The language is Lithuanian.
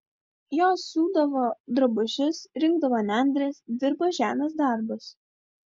jos siūdavo drabužius rinkdavo nendres dirbo žemės darbus